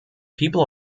people